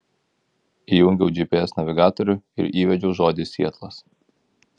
įjungiau gps navigatorių ir įvedžiau žodį sietlas